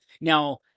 Now